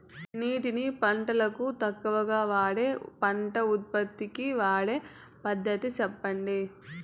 నీటిని పంటలకు తక్కువగా వాడే పంట ఉత్పత్తికి వాడే పద్ధతిని సెప్పండి?